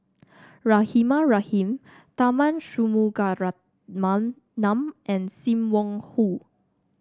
Rahimah Rahim Tharman Shanmugaratnam num and Sim Wong Hoo